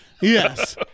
Yes